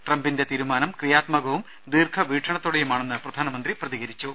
ട്രംപിന്റെ തീരുമാനം ക്രിയാത്മകവും ദീർഘവീക്ഷണത്തോടെയുമാണെന്ന് പ്രധാനമന്ത്രി പ്രതികരിച്ചു